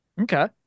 Okay